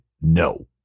no